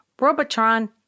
Robotron